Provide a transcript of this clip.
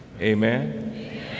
Amen